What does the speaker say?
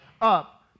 up